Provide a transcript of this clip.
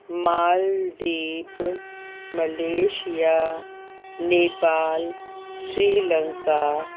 Maldives Malaysia Nepal Sri Lanka